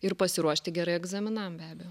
ir pasiruošti gerai egzaminam be abejo